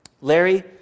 Larry